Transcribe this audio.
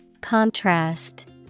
Contrast